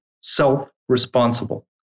self-responsible